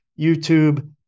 YouTube